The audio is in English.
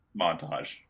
montage